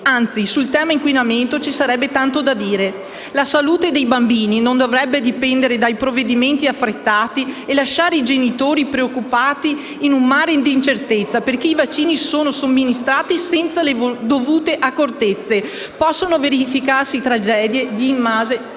anzi, sul tema inquinamento ci sarebbe tanto da dire. La salute dei bambini non dovrebbe dipendere da provvedimenti affrettati e non si devono lasciare i genitori preoccupati in un mare di incertezze perché, se i vaccini sono somministrati senza le dovute accortezze, possono verificarsi tragedie di immense